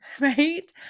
right